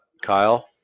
kyle